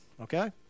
okay